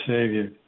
Savior